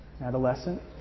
adolescent